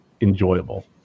enjoyable